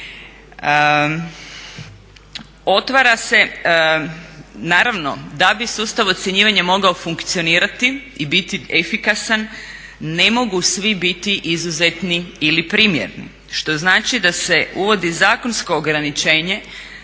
Otvara se, naravno da bi sustav ocjenjivanja mogao funkcionirati i biti efikasan ne mogu svi biti izuzetni ili primjerni što znači da se uvodi zakonsko ograničenje